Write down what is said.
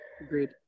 Agreed